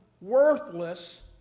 worthless